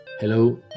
Hello